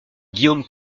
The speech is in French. guillaume